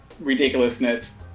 ridiculousness